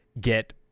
get